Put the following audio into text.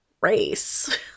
race